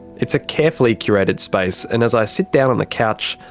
it's a carefully curated space and as i sit down on the couch,